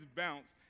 bounce